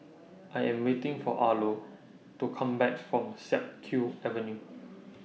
I Am waiting For Arlo to Come Back from Siak Kew Avenue